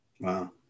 Wow